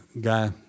guy